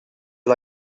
you